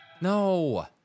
No